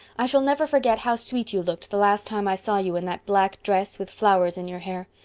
i shall never forget how sweet you looked the last time i saw you in that black dress with flowers in your hair.